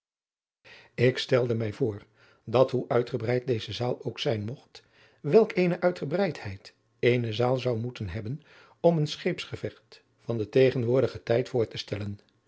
ik stelde mij voor dat hoe uitgebreid deze zaal ook zijn mogt welk eene uitgebreidheid eene zaal zou moeten hebben om een scheepsgevecht van den tegenwoordigen tijd voor te stellen